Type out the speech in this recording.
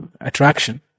attraction